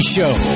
Show